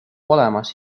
olemas